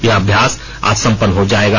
यह अभ्यास आज संपन्न हो जाएगा